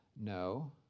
No